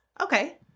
Okay